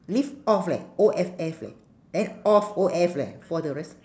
live off leh O F F leh eh of O F leh for the rest